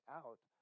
out